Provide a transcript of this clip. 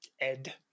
Ed